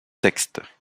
texte